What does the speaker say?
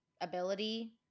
ability